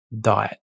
diet